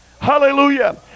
Hallelujah